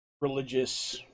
religious